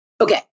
Okay